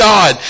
God